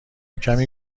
کمی